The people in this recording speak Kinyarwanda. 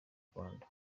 rwanda